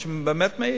מה שבאמת מעיק.